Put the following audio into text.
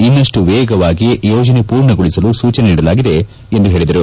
ಇನ್ನಷ್ಟು ವೇಗವಾಗಿ ಯೋಜನೆ ಪೂರ್ಣಗೊಳಿಸಲು ಸೂಚನೆ ನೀಡಲಾಗಿದೆ ಎಂದು ಹೇಳಿದ್ದಾರೆ